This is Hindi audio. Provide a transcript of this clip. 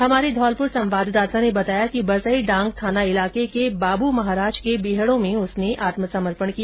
हमारे संवाददाता ने बताया कि बसई डांग थाना इलाके के बाबू महाराज के बीहडों में उसने आत्मसमर्पण किया